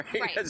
right